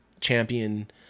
champion